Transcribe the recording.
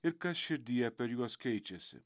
ir kas širdyje per juos keičiasi